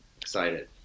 Excited